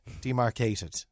demarcated